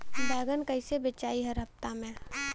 बैगन कईसे बेचाई हर हफ्ता में?